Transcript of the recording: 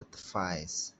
advice